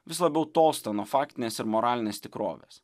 vis labiau tolsta nuo faktinės ir moralinės tikrovės